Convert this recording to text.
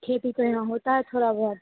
खेती तो यहाँ होती है थोड़ा बहुत